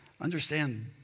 Understand